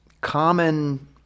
common